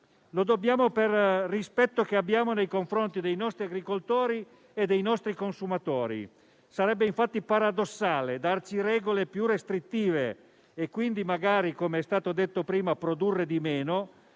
Lo dobbiamo per il rispetto che abbiamo nei confronti dei nostri agricoltori e dei nostri consumatori: sarebbe infatti paradossale darci regole più restrittive e quindi magari, come è stato detto prima, produrre di meno,